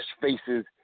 faces